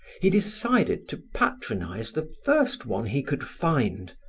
he decided to patronize the first one he could find,